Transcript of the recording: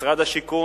משרד השיכון,